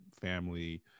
family